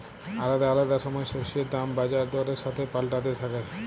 আলাদা আলাদা সময় শস্যের দাম বাজার দরের সাথে পাল্টাতে থাক্যে